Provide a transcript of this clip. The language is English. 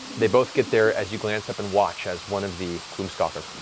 they both get there as you glance up and watch as one of the gloom stalkers